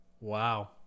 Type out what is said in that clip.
wow